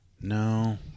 No